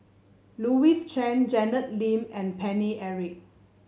Louis Chen Janet Lim and Paine Eric